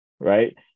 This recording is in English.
right